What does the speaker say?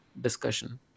discussion